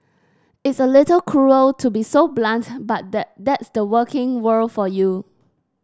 it's a little cruel to be so blunt but that that's the working world for you